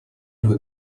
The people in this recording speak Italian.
due